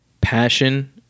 Passion